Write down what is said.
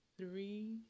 Three